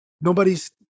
nobody's